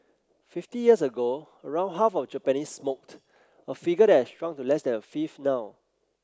fifty years ago around half of Japanese smoked a figure that has shrunk to less than a fifth now